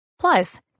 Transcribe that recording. Plus